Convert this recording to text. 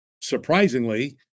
surprisingly